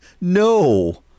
no